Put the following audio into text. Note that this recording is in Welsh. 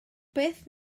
beth